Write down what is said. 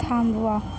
थांबवा